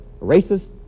racist